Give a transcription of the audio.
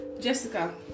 Jessica